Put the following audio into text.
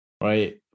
right